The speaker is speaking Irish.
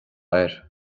air